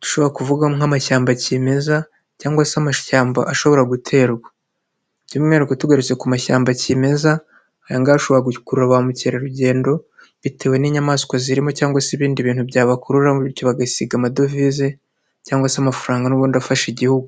dushobora kuvuga nk'amashyamba kimeza cyangwa se amashyamba ashobora guterwa by'umwihariko tugarutse ku mashyamba kimeza, ashobora gukurura ba mukerarugendo bitewe n'inyamaswa zirimo cyangwa se ibindi bintu byabakurura bityo bagasiga amadovize cyangwa se amafaranga n'ubundi afasha igihugu.